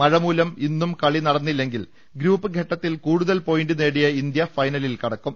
മഴമൂലം ഇന്നും കളി നടന്നില്ലെങ്കിൽ ഗ്രൂപ്പ് ഘട്ടത്തിൽ കൂടുതൽ പോയിന്റ് നേടിയ ഇന്ത്യ ഫൈനലിൽ കടക്കും